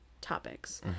topics